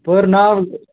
پٔر ناو